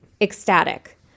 ecstatic